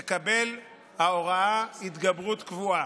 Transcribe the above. תקבל ההוראה התגברות קבועה.